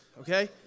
Okay